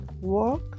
work